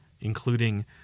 including